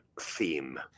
theme